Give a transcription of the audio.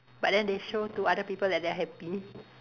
but then they show to other people that they are happy